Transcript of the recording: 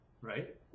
Right